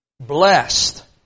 blessed